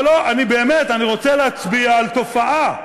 אבל באמת, אני רוצה להצביע על תופעה.